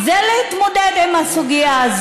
אין להם ברירה.